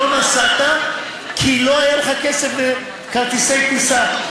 לא נסעת כי לא היה לך כסף לכרטיסי טיסה.